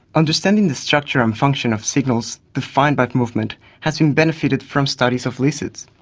understanding the structure and function of signals defined by movement has you know benefited from studies of lizards.